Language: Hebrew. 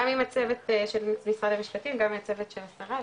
גם עם הצוות של משרד המשפטים גם עם הצוות של השרה,